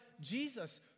Jesus